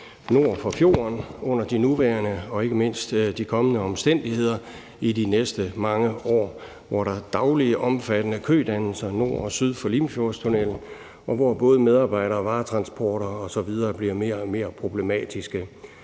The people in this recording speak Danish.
nord for fjorden under de nuværende og ikke mindst de kommende omstændigheder i de næste mange år, hvor der dagligt er omfattende kødannelser nord og syd for Limfjordstunnellen, og hvor både medarbejder- og varetransporter osv. bliver mere og mere problematiske?